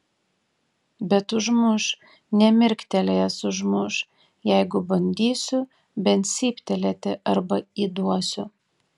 bet užmuš nemirktelėjęs užmuš jeigu bandysiu bent cyptelėti arba įduosiu